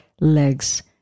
legs